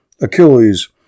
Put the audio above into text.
Achilles